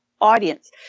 audience